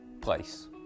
place